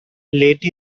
late